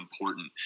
important